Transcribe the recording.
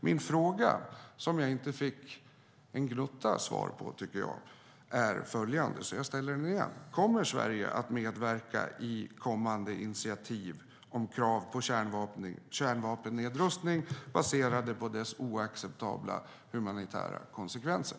Min fråga, som jag inte tycker att jag fick en gnutta svar på, är följande - jag ställer den igen: Kommer Sverige att medverka i kommande initiativ om krav på kärnvapennedrustning baserat på dess oacceptabla humanitära konsekvenser?